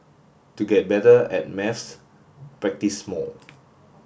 to get better at maths practise more